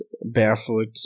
barefoot